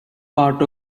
part